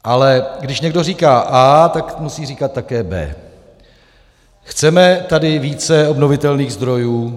Ale když někdo říká A, tak musí říkat také B. Chceme tady více obnovitelných zdrojů?